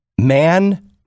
man